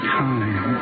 time